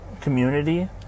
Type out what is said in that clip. community